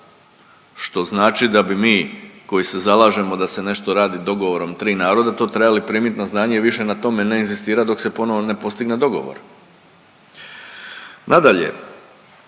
što znači da bi mi, koji se zalažemo da se nešto radi dogovorom tri naroda to trebali primiti na znanje i više na tome ne inzistirati dok se ponovno ne postigne dogovor. Nadalje,